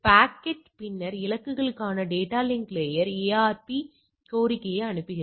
packet பின்னர் இலக்குக்கான data link லேயர்க்கு ARP கோரிக்கையை அனுப்புகிறது